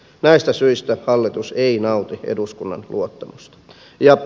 näistä syistä hallitus ei nauti eduskunnan luottamusta